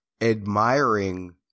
admiring